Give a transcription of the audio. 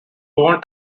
born